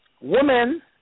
Women